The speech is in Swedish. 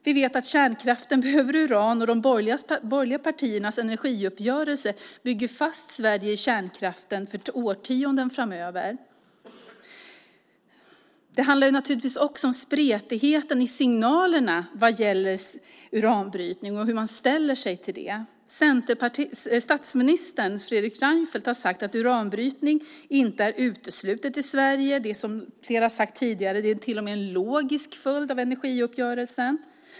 Vi vet att kärnkraften behöver uran, och de borgerliga partiernas energiuppgörelse bygger fast Sverige i kärnkraften för årtionden framöver. Det handlar naturligtvis också om spretigheten i signalerna vad gäller uranbrytning och hur man ställer sig till den. Statsminister Fredrik Reinfeldt har sagt att uranbrytning inte är uteslutet i Sverige och att det, som flera har sagt tidigare, till och med är en logisk följd av energiuppgörelsen.